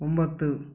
ಒಂಬತ್ತು